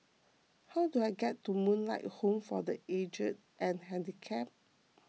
how do I get to Moonlight Home for the Aged and Handicapped